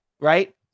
right